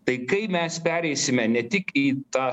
tai kai mes pereisime ne tik į tą